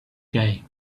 guy